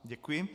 Děkuji.